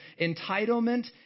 Entitlement